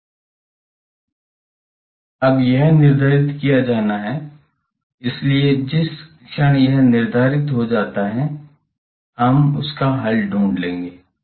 अब यह निर्धारित किया जाना है इसलिए जिस क्षण यह निर्धारित हो जाता है हम हल ढूंढ लेंगे